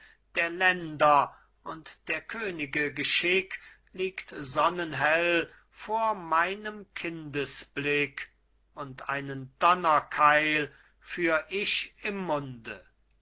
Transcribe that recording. der länder und der könige geschick liegt sonnenhell vor meinem kindesblick und einen donnerkeil führ ich im munde